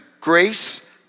grace